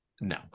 No